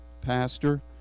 pastor